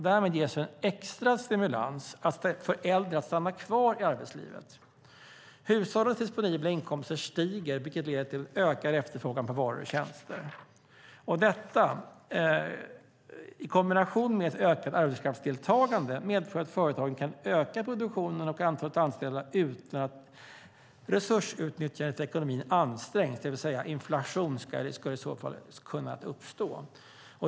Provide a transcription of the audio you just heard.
Därmed ges en extra stimulans för äldre att stanna kvar i arbetslivet. Hushållens disponibla inkomster stiger, vilket leder till ökad efterfrågan på varor och tjänster. Detta i kombination med ett ökat arbetskraftsdeltagande medför att företagen kan öka produktionen och antalet anställda utan att resursutnyttjandet i ekonomin ansträngs, det vill säga att inflation skulle kunna uppstå.